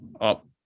up